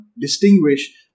distinguish